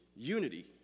Unity